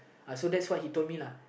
uh so that's what he told me lah